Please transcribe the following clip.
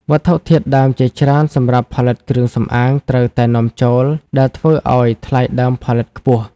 វត្ថុធាតុដើមជាច្រើនសម្រាប់ផលិតគ្រឿងសម្អាងត្រូវតែនាំចូល ដែលធ្វើឱ្យថ្លៃដើមផលិតខ្ពស់។